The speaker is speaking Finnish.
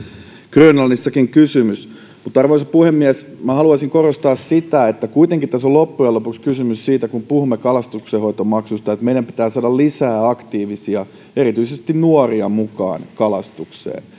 grönlannissakin kysymys mutta arvoisa puhemies minä haluaisin korostaa sitä että kuitenkin tässä on loppujen lopuksi kysymys siitä kun puhumme kalastonhoitomaksusta että meidän pitää saada lisää erityisesti aktiivisia nuoria mukaan kalastukseen